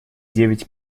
девять